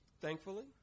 Thankfully